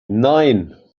nein